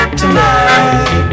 tonight